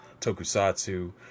tokusatsu